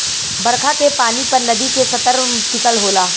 बरखा के पानी पर नदी के स्तर टिकल होला